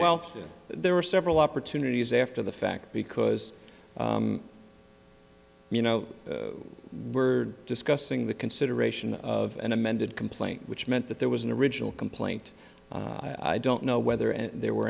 opportunities there were several opportunities after the fact because you know we're discussing the consideration of an amended complaint which meant that there was an original complaint i don't know whether and there were